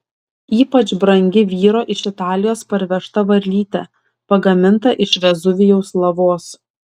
ypač brangi vyro iš italijos parvežta varlytė pagaminta iš vezuvijaus lavos